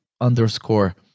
underscore